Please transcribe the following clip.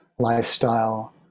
lifestyle